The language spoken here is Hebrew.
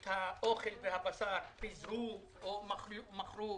את האוכל והבשר פיזרו או מכרו